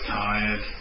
tired